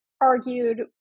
argued